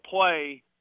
play